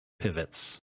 pivots